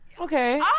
Okay